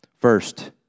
first